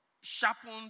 sharpened